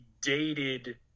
dated